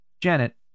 Janet